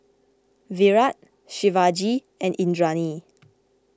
Virat Shivaji and Indranee